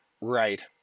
Right